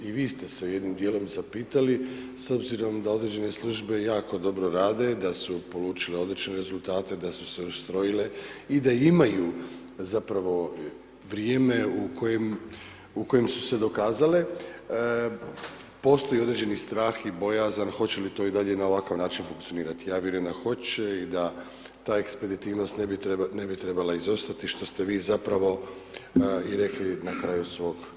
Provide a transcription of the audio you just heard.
I vi ste se jednim djelom zapitali s obzirom da određene službe jako dobro rade i da su polučile odlične rezultate i da su se ustrojile i da imaju zapravo vrijeme u kojem su se dokazale, postoji određeni strah i bojazan hoće li to i dalje na ovakav način funkcionirati, ja vjerujem da hoće i da ta ekspeditivnost ne bi trebala izostati što ste vi zapravo i rekli na kraju svog izlaganja.